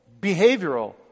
behavioral